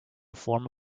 form